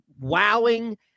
wowing